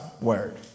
word